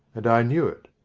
and i knew it.